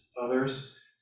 others